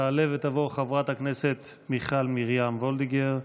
תעלה ותבוא חברת הכנסת מיכל מרים וולדיגר,